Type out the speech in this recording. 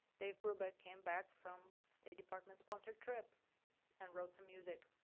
dave brubeck came back from state department-sponsored trip and wrote some music.